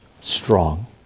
strong